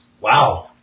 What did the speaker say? Wow